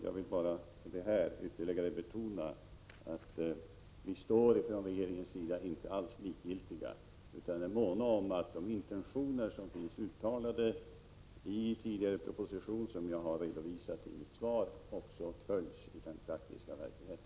Jag vill med detta bara ytterligare betona att vi från regeringens sida inte alls står likgiltiga utan är måna om att intentionerna i propositionen jag nämnde i mitt svar också följs i den praktiska verkligheten.